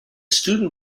student